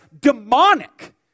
demonic